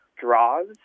draws